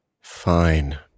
Fine